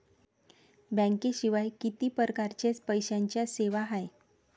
बँकेशिवाय किती परकारच्या पैशांच्या सेवा हाय?